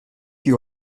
you